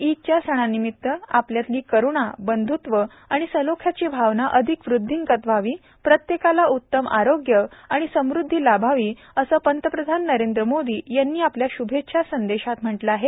ईदच्या सणानिमीत्त आपल्यातली करूणा बंधुत्व आणि सलोख्याची भावना अधिक वृद्धिंगत व्हावी प्रत्येकाला उत्तम आरोग्य आणि समृद्धी लाभावी असं प्रधानमंत्री नरेंद्र मोदी यांनी आपल्या श्भेच्छा संदेशात म्हटलं आहे